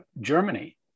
Germany